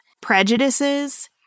prejudices